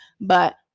But-